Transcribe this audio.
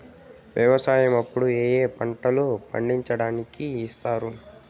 వ్యవసాయం అప్పు ఏ ఏ పంటలు పండించడానికి ఇస్తారు?